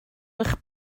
eich